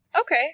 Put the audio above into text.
Okay